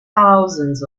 thousands